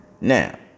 Now